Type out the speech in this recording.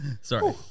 Sorry